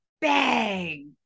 bang